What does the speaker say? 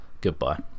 goodbye